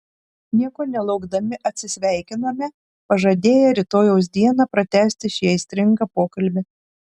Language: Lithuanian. nieko nelaukdami atsisveikinome pažadėję rytojaus dieną pratęsti šį aistringą pokalbį